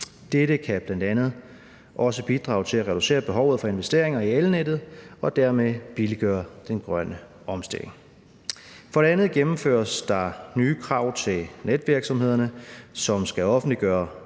Dette kan bl.a. også bidrage til at reducere behovet for investeringer i elnettet og dermed billiggøre den grønne omstilling. For det andet gennemføres der nye krav til netvirksomhederne, som skal offentliggøre